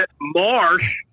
Marsh